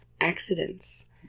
accidents